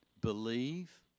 believe